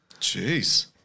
Jeez